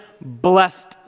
blessed